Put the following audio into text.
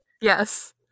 Yes